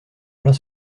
plein